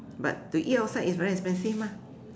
but to eat outside is very expensive mah